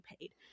paid